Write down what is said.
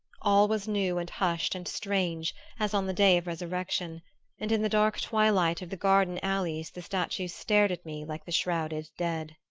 all was new and hushed and strange as on the day of resurrection and in the dark twilight of the garden alleys the statues stared at me like the shrouded dead.